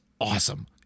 awesome